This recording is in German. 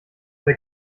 der